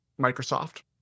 Microsoft